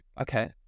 okay